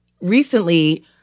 recently